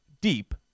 Deep